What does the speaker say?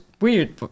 weird